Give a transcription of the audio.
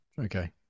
Okay